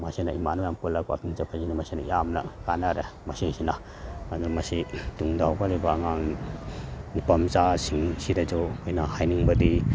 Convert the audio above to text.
ꯃꯁꯤꯅ ꯏꯃꯥꯟꯅꯕ ꯃꯌꯥꯝ ꯄꯨꯜꯂ ꯋꯥꯛꯀꯤꯡ ꯆꯠꯄꯁꯤꯅ ꯃꯁꯤꯅ ꯌꯥꯝꯅ ꯀꯥꯟꯅꯔꯦ ꯃꯁꯤꯁꯤꯅ ꯑꯗꯨ ꯃꯁꯤ ꯇꯨꯡꯗ ꯍꯧꯒꯠꯂꯤꯕ ꯑꯉꯥꯡ ꯅꯨꯄꯥ ꯃꯆꯥꯁꯤꯡꯁꯤꯗꯁꯨ ꯑꯩꯈꯣꯏꯅ ꯍꯥꯏꯅꯤꯡꯕꯗꯤ